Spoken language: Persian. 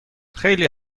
خیلی